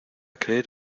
creer